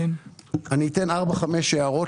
אני אתן ארבע-חמש הערות